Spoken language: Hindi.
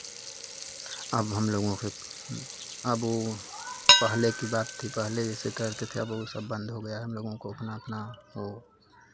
अब हम लोगों के अब वो पहले की बात थी पहले जैसे तैरते थे अब वो सब बंद हो गया हम लोगों को अपना अपना वो